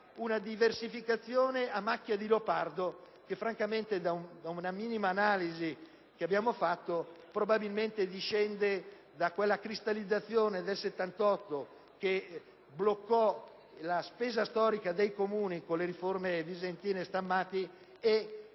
una diversificazione a macchia di leopardo che, sulla base di una minima analisi che abbiamo svolto, probabilmente discende da quella cristallizzazione che nel 1978 bloccò la spesa storica dei Comuni con le riforme volute da